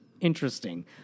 interesting